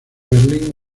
berlín